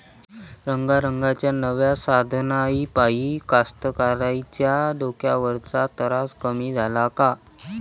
रंगारंगाच्या नव्या साधनाइपाई कास्तकाराइच्या डोक्यावरचा तरास कमी झाला का?